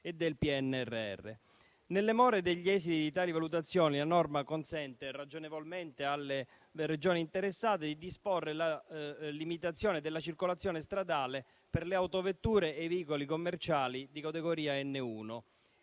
e del PNNR. Nelle more degli esiti di tali valutazioni, la norma consente ragionevolmente alle Regioni interessate di disporre la limitazione della circolazione stradale per le autovetture e i veicoli commerciali di categoria N1,